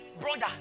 brother